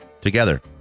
together